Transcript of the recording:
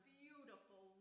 beautiful